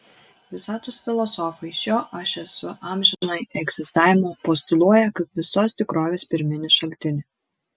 visatos filosofai šio aš esu amžinąjį egzistavimą postuluoja kaip visos tikrovės pirminį šaltinį